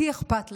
כי אכפת להם.